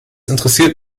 interessiert